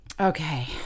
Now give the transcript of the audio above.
Okay